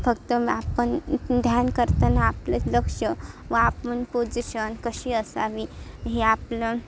फक्त आपण ध्यान करताना आपले लक्ष व आपण पोजिशन कशी असावी हे आपण